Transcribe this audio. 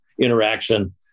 interaction